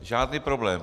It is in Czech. Žádný problém.